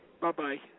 Bye-bye